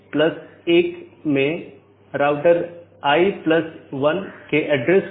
हालाँकि एक multi home AS को इस प्रकार कॉन्फ़िगर किया जाता है कि यह ट्रैफिक को आगे न बढ़ाए और पारगमन ट्रैफिक को आगे संचारित न करे